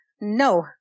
No